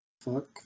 Fuck